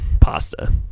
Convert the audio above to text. pasta